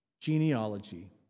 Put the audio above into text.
genealogy